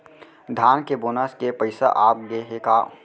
धान के बोनस के पइसा आप गे हे का?